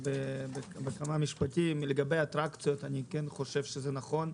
בכמה משפטים: לגבי אטרקציות אני חושב שזה נכון.